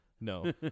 No